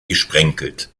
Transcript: gesprenkelt